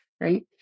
Right